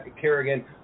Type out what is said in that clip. Kerrigan